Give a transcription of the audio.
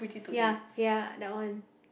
ya ya that one